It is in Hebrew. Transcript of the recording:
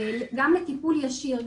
גם לטיפול ישיר,